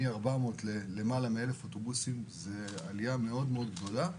מ-400 למעל 1,000 אוטובוסים זו עליה מאוד גדולה.